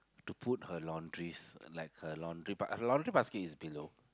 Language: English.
to put her laundries like her laundry but her laundry basket is below